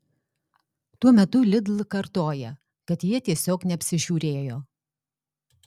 tuo metu lidl kartoja kad jie tiesiog neapsižiūrėjo